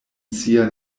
sia